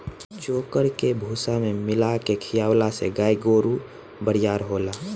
चोकर के भूसा में मिला के खिआवला से गाय गोरु बरियार होले